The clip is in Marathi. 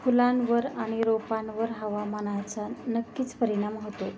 फुलांवर आणि रोपांवर हवामानाचा नक्कीच परिणाम होतो